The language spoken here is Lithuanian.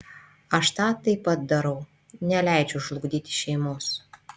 aš tą taip pat darau neleidžiu žlugdyti šeimos